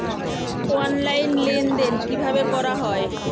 Online লেনদেন কিভাবে করা হয়?